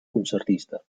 concertista